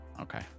Okay